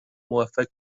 موفق